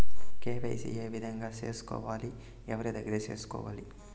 KYC ఏ విధంగా సేసుకోవాలి? ఎవరి దగ్గర సేసుకోవాలి?